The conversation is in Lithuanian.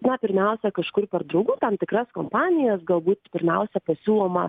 na pirmiausia kažkur per draugų tam tikras kompanijas galbūt pirmiausia pasiūloma